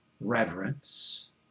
reverence